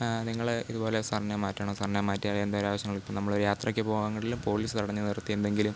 നിങ്ങൾ ഇതുപോലെ സർനെയിം മാറ്റണം സർനെയിം മാറ്റിയാലേ എന്തൊരു ആവശ്യങ്ങൾ ഇപ്പം നമ്മൾ യാത്രയ്ക്ക് പോവുവാണെങ്കിലും പോലീസ് തടഞ്ഞു നിർത്തി എന്തെങ്കിലും